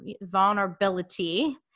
vulnerability